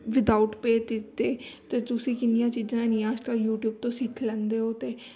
without pay ਕੀਤੇ ਅਤੇ ਤੁਸੀਂ ਕਿੰਨੀਆਂ ਚੀਜ਼ਾਂ ਇੰਨੀਆਂ ਅੱਜ ਕੱਲ੍ਹ ਯੂਟਿਊਬ ਤੋਂ ਸਿੱਖ ਲੈਂਦੇ ਹੋ ਅਤੇ